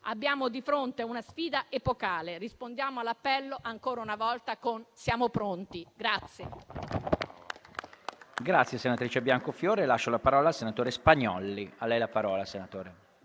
Abbiamo di fronte una sfida epocale. Rispondiamo all'appello, ancora una volta con: siamo pronti.